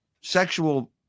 sexual